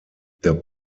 der